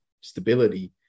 stability